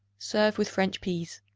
serve with french peas.